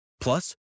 Plus